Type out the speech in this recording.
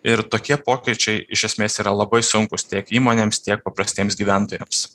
ir tokie pokyčiai iš esmės yra labai sunkūs tiek įmonėms tiek paprastiems gyventojams